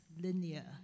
linear